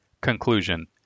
Conclusion